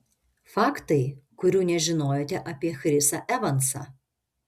faktai kurių nežinojote apie chrisą evansą